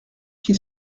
qu’il